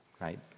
right